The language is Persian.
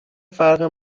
فرق